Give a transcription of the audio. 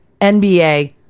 NBA